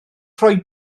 rhoi